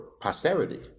posterity